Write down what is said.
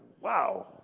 Wow